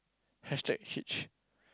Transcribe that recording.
hashtag hitch